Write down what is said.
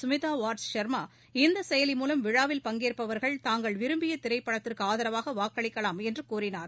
கமிதா வாட்ஸ் ஷர்மா இந்த செயலி மூலம் விழாவில் பங்கேற்பவர்கள் தாங்கள் விரும்பிய திரைப்படத்திற்கு ஆதரவாக வாக்களிக்கலாம் என்று கூறினார்